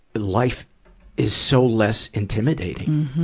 life is so less intimidating.